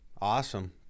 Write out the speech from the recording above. Awesome